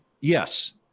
Yes